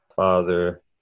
Father